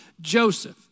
Joseph